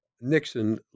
Nixon